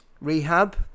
rehab